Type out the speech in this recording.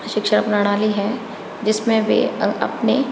शिक्षा प्रणाली है जिसमें भी अपने